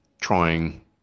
trying